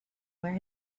where